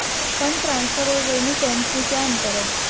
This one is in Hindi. फंड ट्रांसफर और रेमिटेंस में क्या अंतर है?